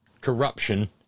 corruption